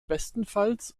bestenfalls